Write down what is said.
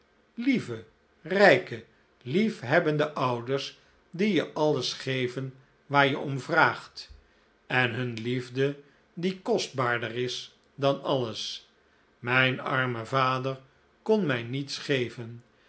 lieve rijke lief hebbende ouders die je alles geven waar je om vraagt en hun liefde die kostbaarder is dan alles mijn arme vader kon mij niets geven